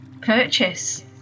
purchase